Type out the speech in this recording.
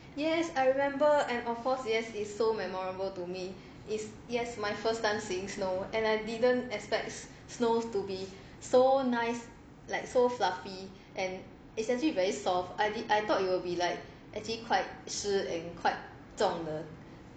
yes I remember and of course yes it's memorable to me it's yes my first time seeing snow and I didn't expect snow to be so nice like so fluffy and it's actually very soft I did I thought it will be like actually quite 湿 and quite 重的